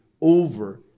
over